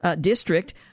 district